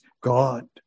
God